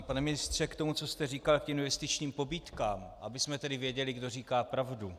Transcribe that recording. Pane ministře, k tomu, co jste říkal k těm investičním pobídkám, abychom tedy věděli, kdo říká pravdu.